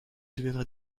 deviendra